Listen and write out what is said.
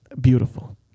beautiful